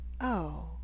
Oh